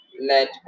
Let